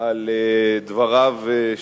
על דבריו.